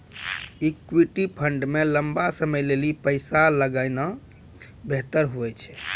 equity fund मे लंबा समय लेली पैसा लगौनाय बेहतर हुवै छै